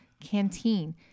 canteen